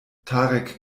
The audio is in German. tarek